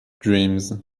dreams